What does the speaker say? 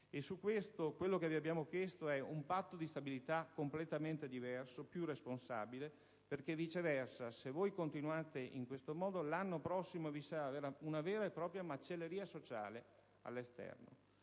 e quel che abbiamo chiesto è un patto di stabilità completamente diverso, più responsabile. Viceversa, se continuate in questo modo l'anno prossimo si porrà in essere una vera e propria macelleria sociale all'esterno,